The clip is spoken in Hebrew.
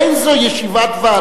אין זו ישיבת ועדה.